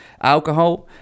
alcohol